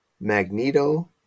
magneto